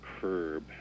curb